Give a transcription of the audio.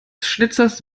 schnitzers